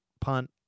punt